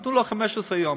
נתנו לו 15 יום.